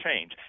change